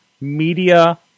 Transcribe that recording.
Media